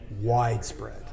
widespread